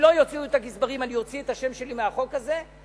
אם לא יוציאו את הגזברים אני אוציא את השם שלי מהחוק הזה.